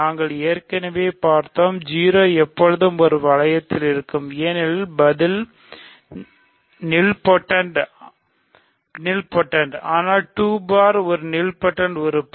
நாங்கள் ஏற்கனவே பார்த்தோம் 0 எப்போதும் எந்த வளையத்திலும் இருக்கும் ஏனெனில் பதில் நீல்பொடென்ட் ஆனால் 2 பார் ஒரு நீல்போடென்ட் உறுப்பு